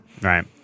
right